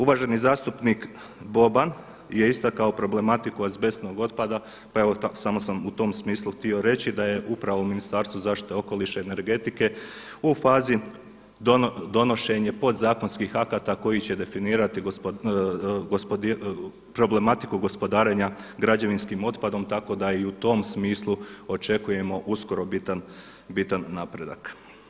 Uvaženi zastupnik Boban je istakao problematiku azbestnog otpada pa evo samo sam u tom smislu htio reći da je upravo Ministarstvo zaštite okoliša i energetike u fazi donošenja podzakonskih akata koji će definirati problematiku gospodarenja građevinskim otpadom tako da i u tom smislu očekujemo uskoro bitan napredak.